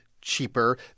cheaper